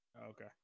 Okay